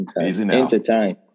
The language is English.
entertain